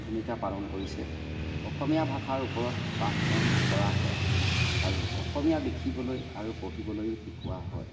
ভূমিকা পালন কৰিছে অসমীয়া ভাষাৰ ওপৰত পাঠদান কৰা হয় আৰু অসমীয়া লিখিবলৈ আৰু পঢ়িবলৈও শিকোৱা হয়